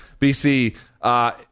BC